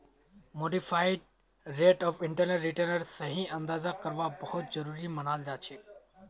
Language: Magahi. मॉडिफाइड रेट ऑफ इंटरनल रिटर्नेर सही अंदाजा करवा बहुत जरूरी मनाल जाछेक